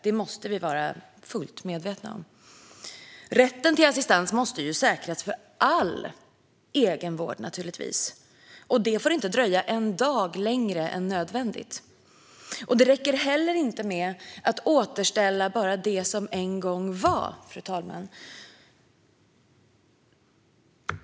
Det måste vi vara fullt medvetna om. Rätten till assistans måste naturligtvis säkras för all egenvård. Det får inte dröja en dag längre än nödvändigt. Det räcker inte heller att återställa bara det som en gång var.